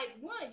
one